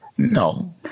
No